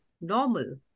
normal